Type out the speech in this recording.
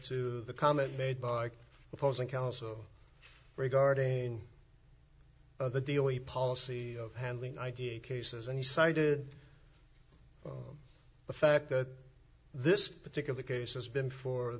to the comment made by opposing counsel regarding the only policy of handling idea cases and you cited to the fact that this particular case has been for